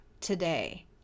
today